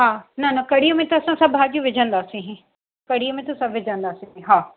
हा न न कढ़ीअ में त असां सभु भाॼियूं विझंदासीं ई कढ़ीअ में त सभु विझंदासीं हा